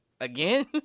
Again